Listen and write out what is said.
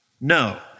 No